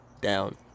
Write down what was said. down